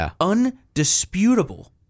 undisputable